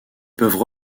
peuvent